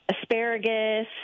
asparagus